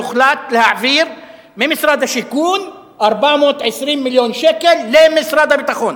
והוחלט להעביר ממשרד השיכון 420 מיליון שקל למשרד הביטחון.